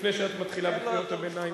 לפני שאת מתחילה בקריאות הביניים.